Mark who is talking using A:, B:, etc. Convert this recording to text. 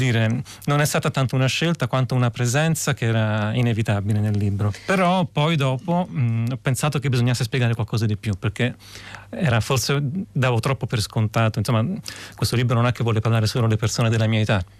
A: dire, non è stata tanto una scelta quanto una presenza che era inevitabile nel libro. Però poi dopo, mm, ho pensato che bisognasse spiegare qualcosa di più, perché era, forse, mm, davo troppo per scontato. Insomma, mm, questo libro non è che vuole parlare solo alle persone della mia età.